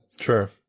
Sure